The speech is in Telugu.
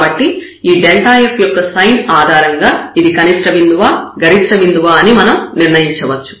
కాబట్టి ఈ f యొక్క సైన్ ఆధారంగా ఇది కనిష్ట బిందువా గరిష్ట బిందువా అని మనం నిర్ణయించవచ్చు